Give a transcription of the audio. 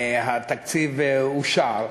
התקציב אושר,